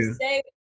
say